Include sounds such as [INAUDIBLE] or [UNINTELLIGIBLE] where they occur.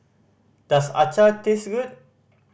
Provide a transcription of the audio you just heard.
does [UNINTELLIGIBLE] taste good